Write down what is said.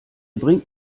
bringt